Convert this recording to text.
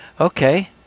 Okay